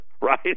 right